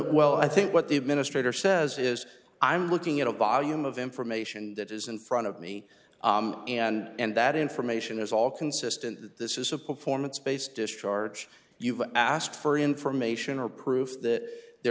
well i think what the administrator says is i'm looking at a volume of information that is in front of me and that information is all consistent that this is a performance based discharge you've asked for information or proof that there